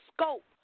scope